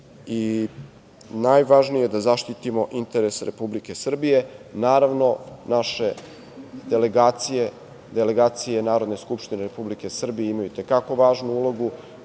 i najvažnije, da zaštitimo interese Republike Srbije, naravno naše delegacije, delegacije Narodne skupštine Republike Srbije imaju i te kako važnu ulogu,